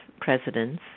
presidents